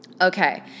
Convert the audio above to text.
Okay